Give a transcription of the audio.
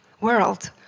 world